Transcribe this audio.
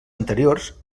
anteriors